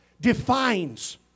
defines